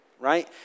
right